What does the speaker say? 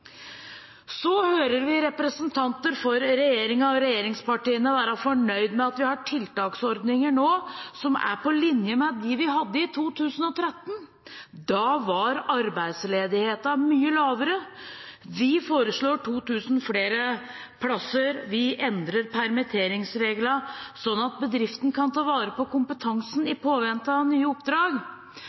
Så hører vi representanter for regjeringen og regjeringspartiene være fornøyd med at vi har tiltaksordninger nå som er på linje med dem vi hadde i 2013. Da var arbeidsledigheten mye lavere. Vi foreslår 2 000 flere plasser. Vi endrer permitteringsreglene slik at bedriftene kan ta vare på kompetansen i påvente av nye oppdrag.